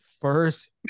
first